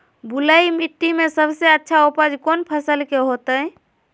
बलुई मिट्टी में सबसे अच्छा उपज कौन फसल के होतय?